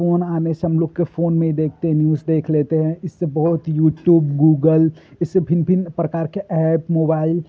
phone आने से हमलोगों के फ़ोन में ही देखते न्यूज़ देख लेते हैं इससे बहुत यूट्यूब गूगल इससे भिन्न भिन्न प्रकार के ऐप मोबाइल